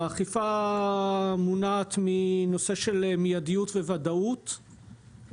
האכיפה מונעת מנושא של מיידיות וודאות,